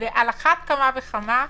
ועל אחת כמה וכמה,